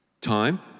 Time